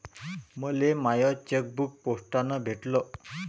मले माय चेकबुक पोस्टानं भेटल